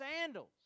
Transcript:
sandals